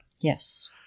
Yes